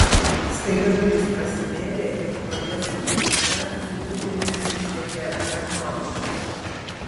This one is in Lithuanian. staiga durys prasivėrė ir pro jas su papkute susikūprinęs išlėkė rabinovičius